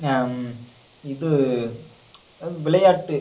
இது விளையாட்டு